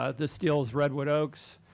ah this deal's redwood oaks.